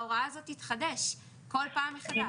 ההוראה הזאת תתחדש בכל פעם מחדש.